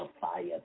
fire